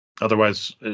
otherwise